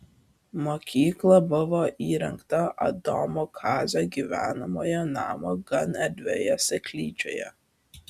mokykla buvo įrengta adomo kazio gyvenamojo namo gan erdvioje seklyčioje